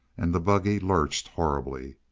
and the buggy lurched horribly.